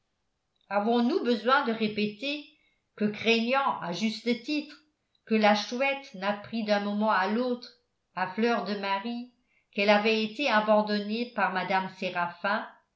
avons-nous besoin de répéter que craignant à juste titre que la chouette n'apprît d'un moment à l'autre à fleur de marie qu'elle avait été abandonnée par mme